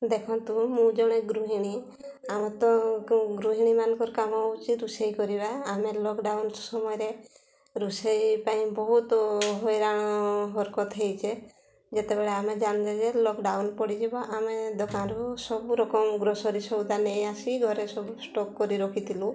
ଦେଖନ୍ତୁ ମୁଁ ଜଣେ ଗୃହିଣୀ ଆମର ତ ଗୃହିଣୀମାନଙ୍କର କାମ ହେଉଛି ରୋଷେଇ କରିବା ଆମେ ଲକଡାଉନ୍ ସମୟରେ ରୋଷେଇ ପାଇଁ ବହୁତ ହଇରାଣ ହରକତ ହେଇଛେ ଯେତେବେଳେ ଆମେ ଜାଣିଲେ ଯେ ଲକଡାଉନ ପଡ଼ିଯିବ ଆମେ ଦୋକାନରୁ ସବୁ ରକମ ଗ୍ରୋସରୀ ସଉଦା ନେଇ ଆସି ଘରେ ସବୁ ଷ୍ଟକ୍ କରି ରଖିଥିଲୁ